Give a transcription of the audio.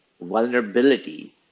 vulnerability